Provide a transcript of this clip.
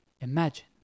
Imagine